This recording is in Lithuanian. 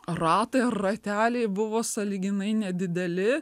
ratai rateliai buvo sąlyginai nedideli